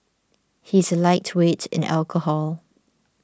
he is a lightweight in alcohol